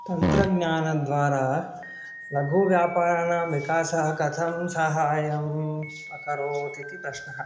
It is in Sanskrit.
तन्त्रज्ञानद्वारा लघुव्यापारानां विकासः कथं सहाय्यम् अकरोत् इति प्रश्नः